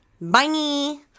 Bye